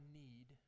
need